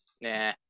Nah